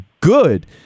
good